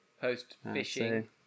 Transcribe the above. Post-fishing